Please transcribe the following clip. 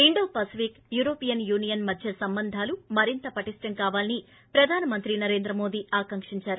Indo Pacific European Union మధ్య సంబంధాలు మరింత పటిష్లం కావాలని ప్రధాన మంత్రి నరేంద్ర మోడీ ఆకాంకించారు